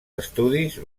estudis